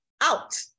out